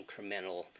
incremental